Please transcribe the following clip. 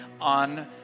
on